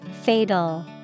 Fatal